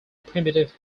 primitive